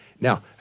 Now